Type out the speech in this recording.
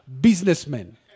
businessmen